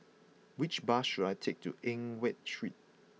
which bus should I take to Eng Watt Street